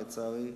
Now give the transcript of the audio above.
לצערי,